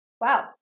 Wow